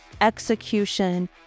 execution